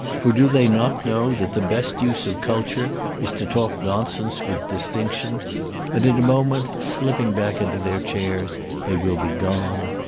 for do they not know that the best use of culture is to talk nonsense with distinction and in a moment slipping back into their chairs they will be gone.